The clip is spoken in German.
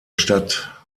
stadt